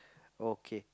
okay